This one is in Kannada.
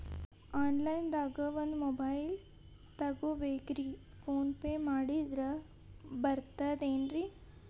ಆನ್ಲೈನ್ ದಾಗ ಒಂದ್ ಮೊಬೈಲ್ ತಗೋಬೇಕ್ರಿ ಫೋನ್ ಪೇ ಮಾಡಿದ್ರ ಬರ್ತಾದೇನ್ರಿ?